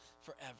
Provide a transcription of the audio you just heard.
forever